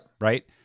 Right